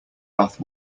bath